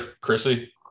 chrissy